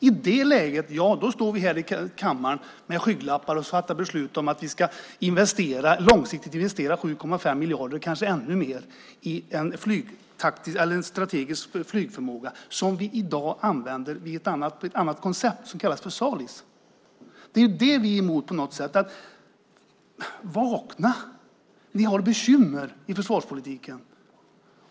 I det läget står vi här i kammaren med skygglappar och fattar beslut om att vi långsiktigt ska investera 7,5 miljarder och kanske ännu mer i en strategisk flygförmåga som vi i dag använder i ett annat koncept som kallas för Salis. Det är vad man på något sätt är emot. Vakna, vi har bekymmer i försvarspolitiken!